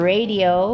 Radio